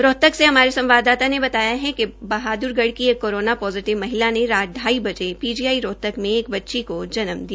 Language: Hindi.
रोहतक से हमारे संवाददाता ने बताया है कि बहाद्रगढ़ की एक कोरोना पोजिटिव महिला ने रत ाई बजे पीजीआई रोहतक में एक बच्ची को जन्म दिया